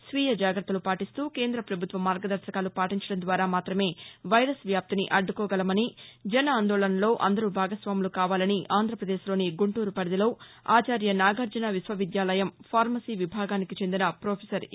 స్వీయ జాగ్రత్తలు పాటీస్తూ కేంద్ర ప్రభుత్వ మార్గదర్భకాలు పాటించడం ద్వారా మాత్రమే వైరస్ వ్యాప్తిని అడ్డుకోగలమని జన్ ఆందోళన్లో అందరూ భాగస్వాములు కావాలని ఆంధ్రప్రదేశ్లోని గుంటూరు పరిధిలో ఆచార్య నాగార్జున విశ్వవిద్యాలయం పార్వసీ విభాగానికి చెందిన ప్రొఫెసర్ ఎ